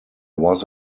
was